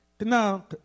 Now